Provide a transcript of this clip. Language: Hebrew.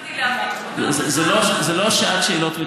כל מה שרציתי להבין זה אם אתה מדבר על 4. זו לא שעת שאלות ותשובות.